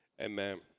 amen